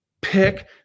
pick